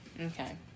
okay